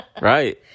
right